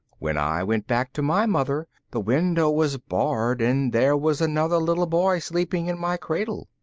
when i went back to my mother, the window was barred, and there was another little boy sleeping in my cradle.